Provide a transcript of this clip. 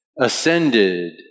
ascended